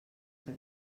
que